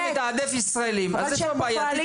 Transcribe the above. אם אתה מתעדף ישראלים אז איפה הבעיה?